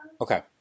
Okay